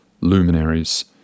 luminaries